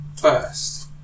first